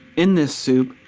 in this soup,